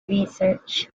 research